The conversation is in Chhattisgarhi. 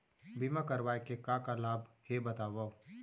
बीमा करवाय के का का लाभ हे बतावव?